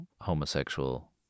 homosexual